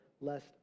lest